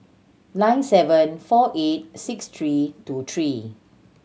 nine seven four eight six three two three